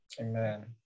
Amen